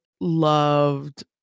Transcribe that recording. loved